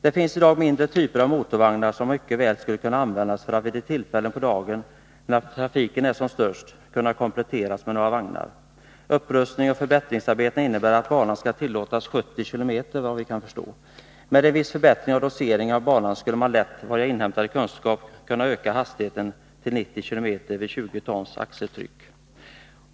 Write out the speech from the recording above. Det finns i dag mindre typer av motorvagnar som man mycket väl skulle kunna använda, för att vid de tillfällen på dagen när trafiken är som störst kunna komplettera dem med några vagnar. Upprustningen och förbättringsarbetena innebär, vad vi kan förstå, att banan skall tillåta en hastighet på 70 km/timme.